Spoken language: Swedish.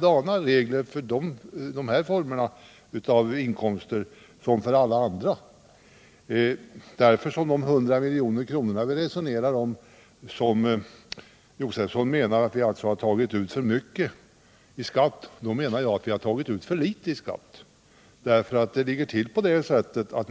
samma regler för dessa former av inkomster som för alla andra former. De 100 milj.kr. som vi resonerar om och som herr Josefson alltså menar att vi har tagit ut för mycket i skatt anser jag att vi har tagit ut för litet i skatt.